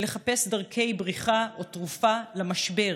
לחפש דרכי בריחה או תרופה למשבר